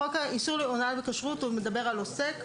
חוק איסור הונאה בכשרות מדבר על עוסק,